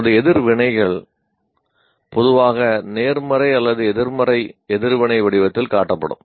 நமது எதிர்வினைகள் பொதுவாக நேர்மறை அல்லது எதிர்மறை எதிர்வினை வடிவத்தில் காட்டப்படும்